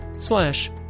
slash